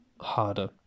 harder